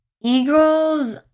Eagles